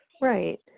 Right